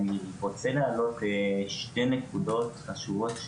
אני רוצה להעלות שתי נקודות חשובות,